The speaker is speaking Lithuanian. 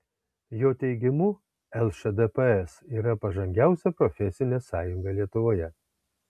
jo teigimu lšdps yra pažangiausia profesinė sąjunga lietuvoje